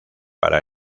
para